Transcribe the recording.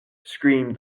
screamed